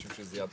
תיזהר.